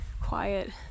quiet